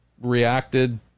reacted